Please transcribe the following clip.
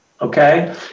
Okay